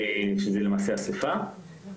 שזה למעשה אסיפה,